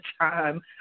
time